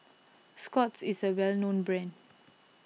Scott's is a well known brand